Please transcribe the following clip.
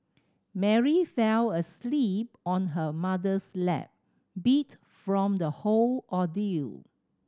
Mary fell asleep on her mother's lap beat from the whole ordeal